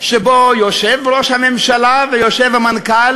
שבו יושב ראש הממשלה ויושב המנכ"ל,